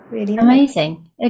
Amazing